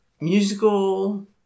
musical